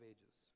Ages